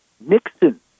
Nixon